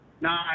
No